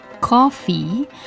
coffee